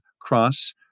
Cross